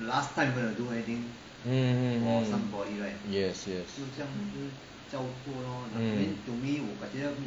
hmm mm mm yes yes mm